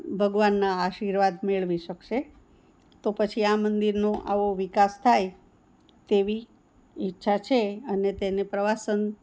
ભગવાનના આશીર્વાદ મેળવી શકશે તો પછી આ મંદિરનો આવો વિકાસ થાય તેવી ઈચ્છા છે અને તેને પ્રવાસન